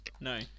No